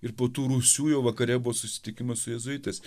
ir po tų rūsių jau vakare buvo susitikimas su jėzuitais